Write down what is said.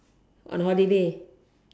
on holiday